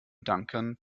duncan